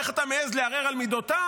איך אתה מעז לערער על מידותיי?